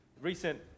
Recent